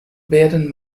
werden